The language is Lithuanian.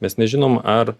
mes nežinom ar